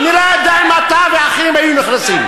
אני לא יודע אם אתה ואחרים היו נכנסים.